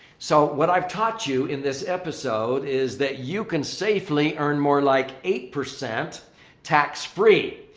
so, what i've taught you in this episode is that you can safely earn more like eight percent tax-free.